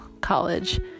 college